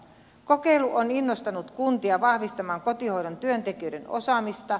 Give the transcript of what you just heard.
kokeilu on innostanut kuntia vahvista maan kotihoidon työntekijöiden osaamista